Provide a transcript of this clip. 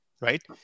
right